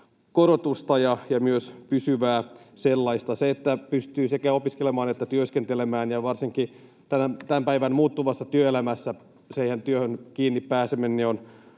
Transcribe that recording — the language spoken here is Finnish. korotusta ja myös pysyvää sellaista. Se, että pystyy sekä opiskelemaan että työskentelemään — ja varsinkin tämän päivän muuttuvassa työelämässä työhön kiinni pääseminen